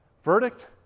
Verdict